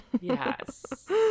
Yes